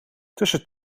tussen